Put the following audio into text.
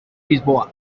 lisboa